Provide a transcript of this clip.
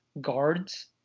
guards